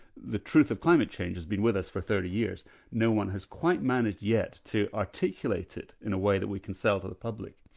the truth of climate change has been with us for thirty years but no-one has quite managed yet to articulate it in a way that we can sell to the public.